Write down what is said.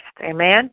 Amen